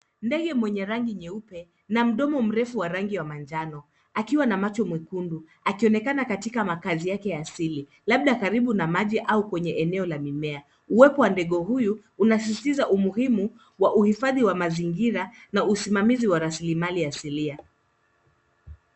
Ndege mwenye rangi nyeupe na mdomo mrefu wa rangi wa manjano akiwa na macho mwekundu akionekana katika makazi yake ya asili, labda karibu na maji au kwenye eneo la mimea. Uwepo wa ndege huyu unasisitiza umuhimu wa uhifadhi wa mazingira na usimamizi wa rasilimali asilia.